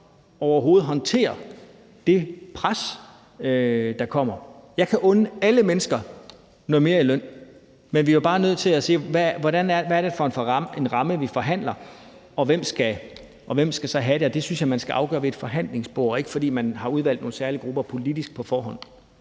overhovedet håndtere det pres, der kommer? Jeg kan unde alle mennesker noget mere i løn, men vi er jo bare nødt til at se på, hvad det er for en ramme, vi forhandler, og hvem der så skal have det. Og det synes jeg man skal afgøre ved et forhandlingsbord, og ikke fordi man politisk har udvalgt nogle særlige grupper på forhånd.